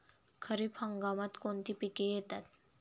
खरीप हंगामात कोणती पिके येतात?